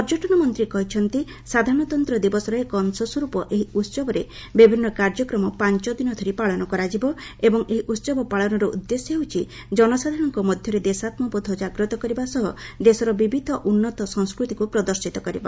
ପର୍ଯ୍ୟଟନ ମନ୍ତ୍ରୀ କହିଛନ୍ତି ସାଧାରଣତନ୍ତ୍ର ଦିବସର ଏକ ଅଂଶସ୍ୱରୂପ ଏହି ଉହବରେ ବିଭିନ୍ନ କାର୍ଯ୍ୟକ୍ରମ ପାଞ୍ଚଦିନ ଧରି ଏଠାରେ ପାଳନ କରାଯିବ ଏବଂ ଏହି ଉତ୍ସବ ପାଳନର ଉଦ୍ଦେଶ୍ୟ ହେଉଛି ଜନସାଧାରଣଙ୍କ ମଧ୍ୟରେ ଦେଶାତ୍ମବୋଧ ଜାଗ୍ରତ କରିବା ସହ ଦେଶର ବିବିଧ ଉନ୍ନତ ସଂସ୍କୃତିକୁ ପ୍ରଦର୍ଶିତ କରିବା